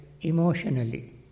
emotionally